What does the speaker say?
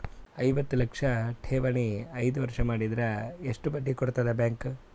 ಐವತ್ತು ಲಕ್ಷ ಠೇವಣಿ ಐದು ವರ್ಷ ಮಾಡಿದರ ಎಷ್ಟ ಬಡ್ಡಿ ಕೊಡತದ ಬ್ಯಾಂಕ್?